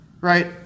right